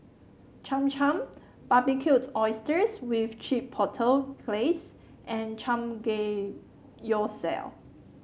Cham Cham Barbecued Oysters with Chipotle Glaze and Samgeyopsal